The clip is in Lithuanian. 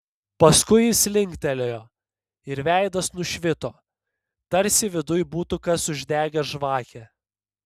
paskui jis linktelėjo ir veidas nušvito tarsi viduj būtų kas uždegęs žvakę